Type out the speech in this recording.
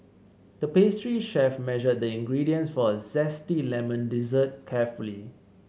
the pastry chef measured the ingredients for a zesty lemon dessert carefully